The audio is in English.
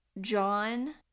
John